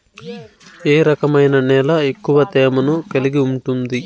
ఏ రకమైన నేల ఎక్కువ తేమను కలిగి ఉంటుంది?